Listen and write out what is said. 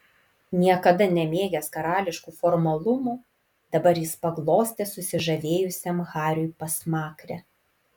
niekada nemėgęs karališkų formalumų dabar jis paglostė susižavėjusiam hariui pasmakrę